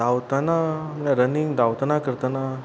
धांवतना म्हळ्यार रनिंग धांवतना करतना